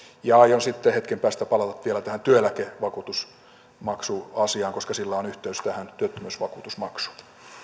aion hetken päästä palata vielä tähän työeläkevakuutusmaksuasiaan koska sillä on yhteys tähän työttömyysvakuutusmaksuun